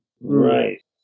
Right